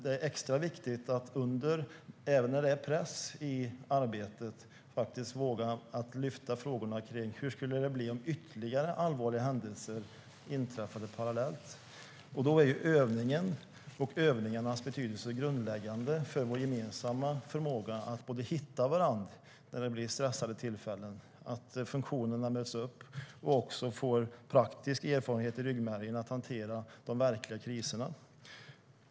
Det är extra viktigt att, även när det är press i arbetet, våga lyfta upp frågorna om hur det skulle bli ifall ytterligare allvarliga händelser skulle inträffa parallellt. Övningen och övningarnas betydelse är grundläggande för vår gemensamma förmåga att hitta varandra vid stressade tillfällen, så att funktionerna möts, och för att få praktisk erfarenhet av att hantera de verkliga kriserna.